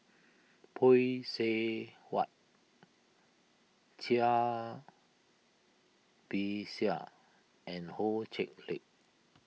Phay Seng Whatt Cai Bixia and Ho Chee Lick